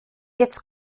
jetzt